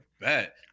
bet